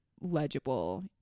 legible